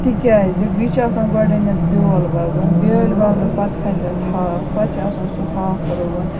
تکیازِ یہِ چھُ آسان گۄڈٕنیٚتھ بیول وَوُن بیٲلۍ وَونہٕ پَتہٕ کھَسہِ اتھ ہاکھ پَتہٕ چھُ آسان سُہ ہاکھ رُوُن